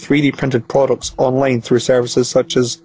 three d printed products online through services such as